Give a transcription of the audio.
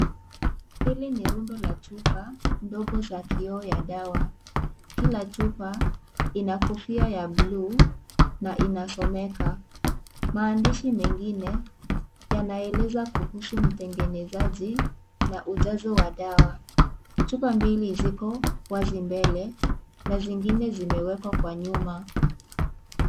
Hili ni rundo la chupa ndogo za kioo ya dawa. Kila chupa ina kofia ya bluu na inasomeka. Maandishi mengine yanaeleza kuhusu mtengenezaji na ujazo wa dawa. Chupa mbili zipo wazi mbele na zingine zimewekwa kwa nyuma.